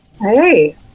Hey